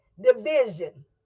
division